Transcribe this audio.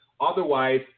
Otherwise